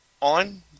on